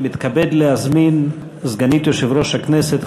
אני מתכבד להזמין את סגנית יושב-ראש הכנסת,